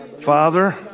Father